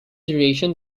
duration